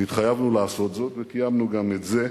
והתחייבנו לעשות זאת, וקיימנו גם את זה,